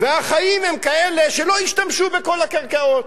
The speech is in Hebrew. והחיים הם כאלה שלא השתמשו בכל הקרקעות.